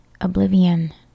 oblivion